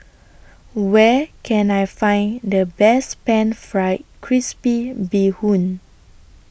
Where Can I Find The Best Pan Fried Crispy Bee Hoon